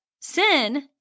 sin